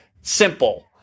simple